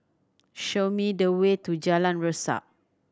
show me the way to Jalan Resak